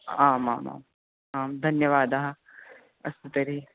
आमामाम् आं धन्यवादः अस्तु तर्हि